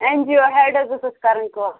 N G O ہٮ۪ڈَس سۭتۍ حظ ٲس کَرٕنۍ کتھ